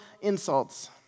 insults